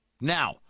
Now